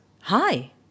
hi